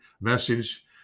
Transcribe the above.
message